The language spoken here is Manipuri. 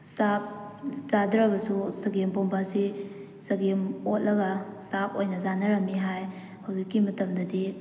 ꯆꯥꯛ ꯆꯥꯗ꯭ꯔꯕꯁꯨ ꯆꯒꯦꯝ ꯄꯣꯝꯕ ꯑꯁꯤ ꯆꯒꯦꯝ ꯑꯣꯠꯂꯒ ꯆꯥꯛ ꯑꯣꯏꯅ ꯆꯥꯅꯔꯝꯃꯤ ꯍꯥꯏ ꯍꯧꯖꯤꯛꯀꯤ ꯃꯇꯝꯗꯗꯤ